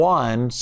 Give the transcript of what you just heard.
one